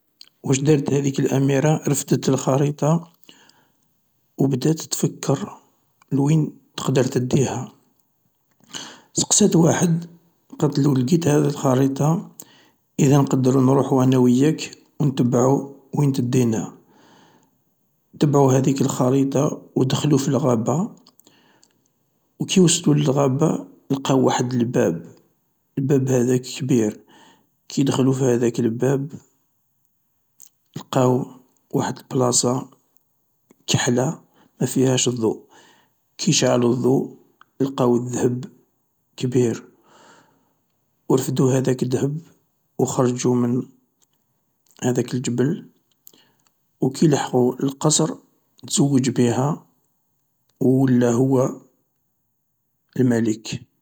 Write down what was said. واش دارت هذيك الأميرة رفدت الخريطة، وبدات تفكر لوين تقدر تديها، سقسات واحد قالت لو القيت هاذ الخريطة، اذا نقدرو نروحو انا واياك نتبعو وين تدينا، تبعو هذيك الخريطة ودخلو للغابة، وكي وصلو للغابة القاو واحد الباب، الباب هذاك كبير، كي دخلو في هذاك الباب القاو واحد البلاصة كحلا مافيهاش الضوء، كي شعلو الضوء، القاو ذهب كبير، و رفدو هذاك الذهب وخرجو من هذاك الحبل، وكي لحقو للقصر تزوج بها وولا هو الملك